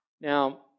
Now